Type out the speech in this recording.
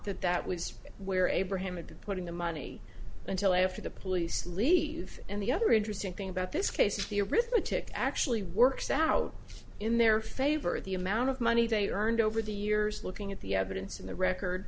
that that was where abraham had to put in the money until after the police leave and the other interesting thing about this case is the arithmetic actually works out in their favor the amount of money they earned over the years looking at the evidence in the record